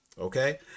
Okay